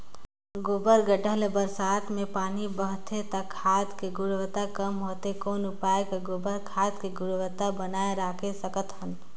गोबर गढ्ढा ले बरसात मे पानी बहथे त खाद के गुणवत्ता कम होथे कौन उपाय कर गोबर खाद के गुणवत्ता बनाय राखे सकत हन?